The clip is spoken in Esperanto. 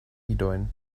idojn